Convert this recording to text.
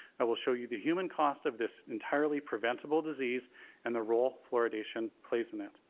i will show you the human cost of this entirely preventible disease and the role fluoridation plays in it.